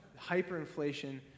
Hyperinflation